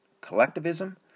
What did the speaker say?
collectivism